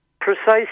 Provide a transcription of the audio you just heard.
Precisely